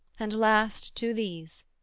and last, to these,